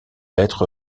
l’être